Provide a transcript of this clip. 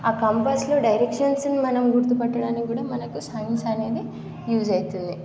ఆ కంపాస్లో డైరెక్షన్స్ని మనం గుర్తుపట్టడానికి కూడా మనకు సైన్స్ అనేది యూజ్ అవుతుంది